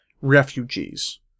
refugees